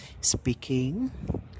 speaking